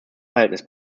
verhältnis